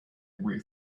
way